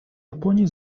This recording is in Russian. японии